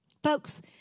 Folks